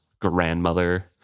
grandmother